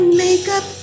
makeup